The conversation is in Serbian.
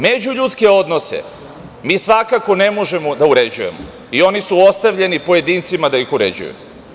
Međuljudske odnose mi svakako ne možemo da uređujemo i oni su ostavljeni pojedincima da ih uređuju.